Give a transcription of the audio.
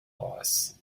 loss